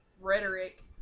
rhetoric